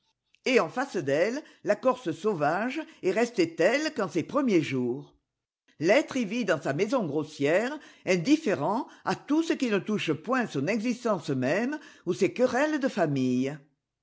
et en face d'elle la corse sauvage est restée telle qu'en ses premiers jours l'être y vit dans sa maison grossière indifférent à tout ce qui ne touche point son existence même ou ses querelles de famille